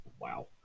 wow